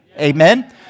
Amen